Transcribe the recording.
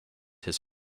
his